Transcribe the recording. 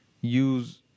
Use